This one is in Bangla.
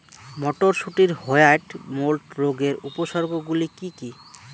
মটরশুটির হোয়াইট মোল্ড রোগের উপসর্গগুলি কী কী?